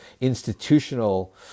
institutional